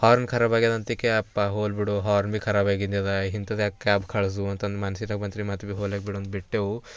horn ಖರಾಬ್ ಆಗ್ಯದಂತಿಕೆ ಯಪ್ಪ ಹೋಗಲಿ ಬಿಡು ಹಾರ್ನ್ ಭಿ ಖರಾಬ್ ಆಗಿಂದ್ಯದ ಇಂತದ್ದು ಯಾಕೆ ಕ್ಯಾಬ್ ಕಳಿಸು ಅಂತಂದು ಮನ್ಸಿದಾಗ ಮನಸಿ ಮಾತು ಭಿ ಹೋಗ್ಲ್ ಅಂತ ಬಿಟ್ಟೆವು